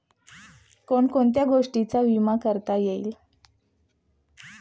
कोण कोणत्या गोष्टींचा विमा करता येईल?